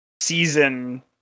season